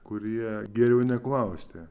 kurie geriau neklausti